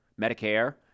Medicare